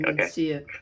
okay